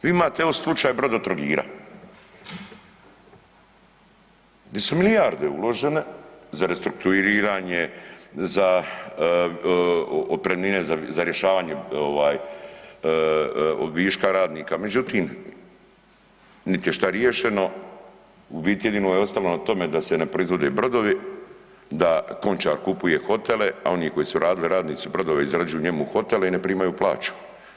Vi imate evo slučaj Brodotrogira, di su milijarde uložene za restrukturiranje, za otpremnine za rješavanje viška radnika, međutim niti je šta riješeno u biti jedno je ostalo na tome da se ne proizvode brodove, da Končar kupuje hotele, a oni koji su radili radnici brodova izrađuju njemu hotele i ne primaju plaću.